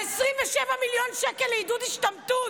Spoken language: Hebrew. על 27 מיליון שקל לעידוד השתמטות.